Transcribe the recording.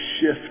shift